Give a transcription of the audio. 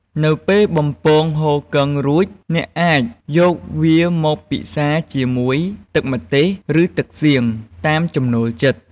នៅពេលបំពងហ៊ូគឹងរួច អ្នកអាចយកវាមកពិសាជាមួយ ទឹកម្ទេស ឬ ទឹកសៀង តាមចំណូលចិត្ត។